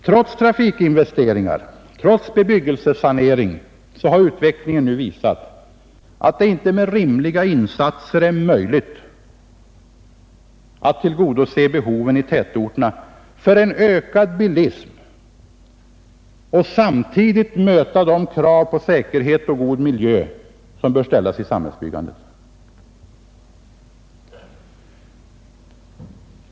Trots trafikinvesteringar och trots bebyggelsesanering har utvecklingen nu visat att det inte med rimliga insatser är möjligt att tillgodose behoven i tätorterna för en ökad bilism och samtidigt möta de krav på säkerhet och god miljö som bör ställas i samhällsbyggandet.